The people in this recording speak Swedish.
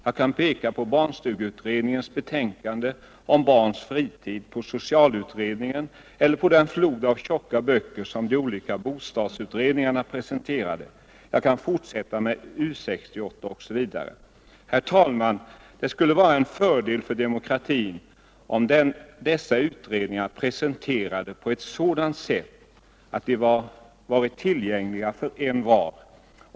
Jag kan peka på barnstugeutredningens betänkande om barns fritid, på socialutredningen eller på den flod av tjocka böcker som de olika bostadsutredningarna presenterade, jag kan fortsätta med U 68 osv. Herr talman! Det skulle vara en fördel för demokratin, om dessa utredningar hade presenterats på ett sådant sätt att de varit tillgängliga för envar.